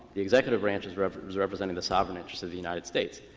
the executive branch is representing representing the sovereign interests of the united states,